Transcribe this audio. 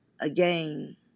again